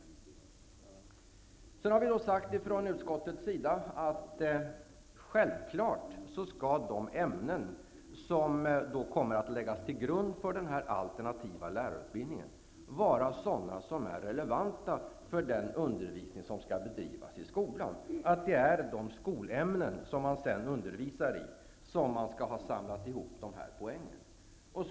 Vi har från utskottets sida sagt att de ämnen som kommer att läggas till grund för den alternativa lärarutbildningen självklart skall vara sådana som är relevanta för den undervisning som skall bedrivas i skolan. Det är de skolämnen som man sedan skall undervisa i som man skall ha samlat ihop de här poängen i.